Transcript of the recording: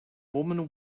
woman